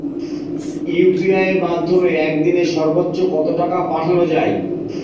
UPI এর মাধ্যমে এক দিনে সর্বচ্চ কত টাকা পাঠানো যায়?